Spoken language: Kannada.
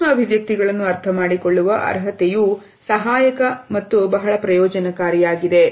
ಸೂಕ್ಷ್ಮ ಅಭಿವ್ಯಕ್ತಿಗಳನ್ನು ಅರ್ಥಮಾಡಿಕೊಳ್ಳುವ ಅರ್ಹತೆಯೂ ಸಹಾಯಕ ಮತ್ತು ಬಹಳ ಪ್ರಯೋಜನಕಾರಿಯಾಗಿದೆ